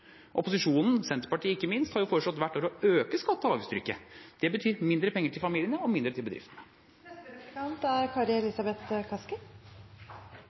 Opposisjonen, Senterpartiet ikke minst, har hvert år foreslått å øke skatte- og avgiftstrykket. Det betyr mindre penger til familiene og mindre til bedriftene. Igjen forsøker regjeringspartiene å gjøre en debatt om ulikhet til en debatt om fattigdom. Det er